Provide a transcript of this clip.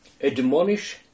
admonish